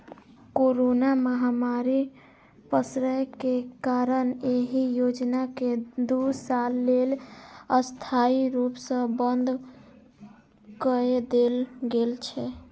corona महामारी पसरै के कारण एहि योजना कें दू साल लेल अस्थायी रूप सं बंद कए देल गेल छै